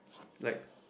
like